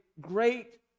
great